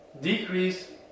decrease